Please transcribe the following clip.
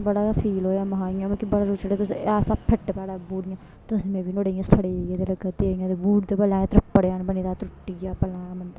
बड़ा गै फील होएआ महां इ'यां मिकी बड़ा गै रोह् चड़ेआ तुसें ऐसा फिट्ट भैड़ा बूट इ'यां तसमें बी नुहाड़े इ'यां सड़े गेदे लगा दे हे मे ते बूट ते भलेआं त्रप्पड़ जन बने दा त्रुट्टी गेआ भलेआं मंदा